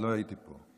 עוד לא הייתי פה,